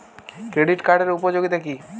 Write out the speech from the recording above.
Credit কার্ডের উপযোগিতা কি?